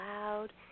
loud